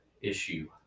issue